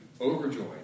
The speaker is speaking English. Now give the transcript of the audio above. overjoyed